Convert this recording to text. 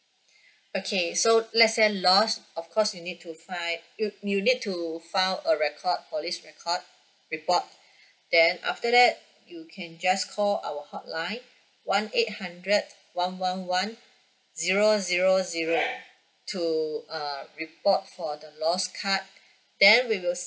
okay so let's say lost of course you need to find you you need to file a record police record report then after that you can just call our hotline one eight hundred one one one zero zero zero to err report for the lost card then we will